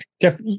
Jeff